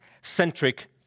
centric